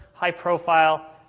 high-profile